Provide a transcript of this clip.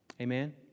amen